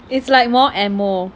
it's like more ammo